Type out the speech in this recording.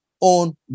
on